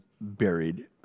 buried